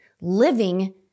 living